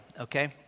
okay